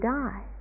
die